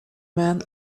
man